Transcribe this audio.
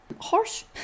Horse